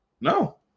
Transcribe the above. No